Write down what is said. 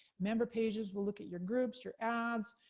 member pages will look at your groups, your ads,